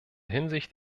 hinsicht